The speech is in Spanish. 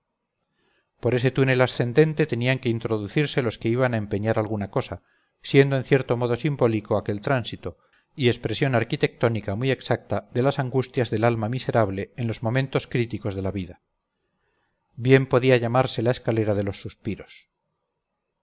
por ese túnel ascendente tenían que introducirse los que iban a empeñar alguna cosa siendo en cierto modo simbólico aquel tránsito y expresión arquitectónica muy exacta de las angustias del alma miserable en los momentos críticos de la vida bien podía llamarse la escalera de los suspiros